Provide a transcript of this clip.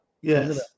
Yes